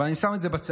אבל אני שם את זה בצד.